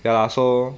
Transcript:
ya lah so